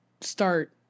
start